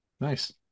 Nice